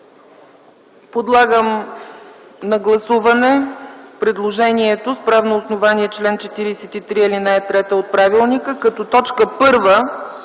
Подлагам на гласуване предложението с правно основание чл. 43, ал. 3 от Правилника - като точка първа